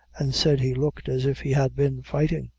and said he looked as if he had been fighting.